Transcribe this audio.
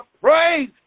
praise